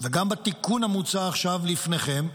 וגם בתיקון המוצע עכשיו לפניכם,